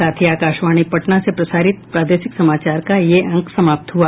इसके साथ ही आकाशवाणी पटना से प्रसारित प्रादेशिक समाचार का ये अंक समाप्त हुआ